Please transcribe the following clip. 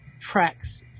tracks